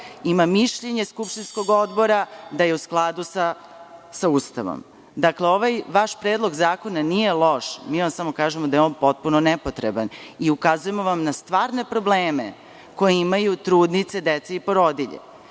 ima mišljenje skupštinskog Odbora da je u skladu sa Ustavom. Dakle, ovaj vaš predlog zakona nije loš, mi vam samo kažemo da je potpuno nepotreban i ukazujemo vam na stvarne probleme koje imaju trudnice, deca i porodilje. Demagogija